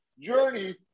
journey